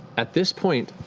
at this point,